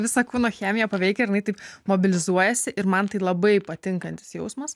visą kūno chemiją paveikia ir jinai taip mobilizuojasi ir man tai labai patinkantis jausmas